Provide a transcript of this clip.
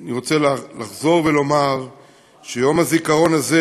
אני רוצה לחזור ולומר שיום הזיכרון הזה